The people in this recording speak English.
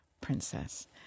princess